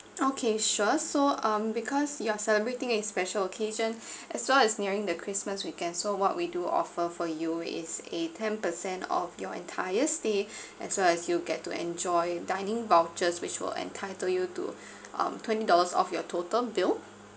okay sure so um because you're celebrating a special occasion as well as nearing the christmas weekend so what we do offer for you is a ten percent of your entire stay as well as you'll get to enjoy dining vouchers which will entitle you to um twenty dollars off your total bill